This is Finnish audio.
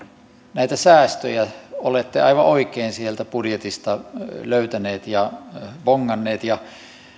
näitä säästöjä olette aivan oikein sieltä budjetista löytäneet ja bonganneet ja